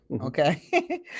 okay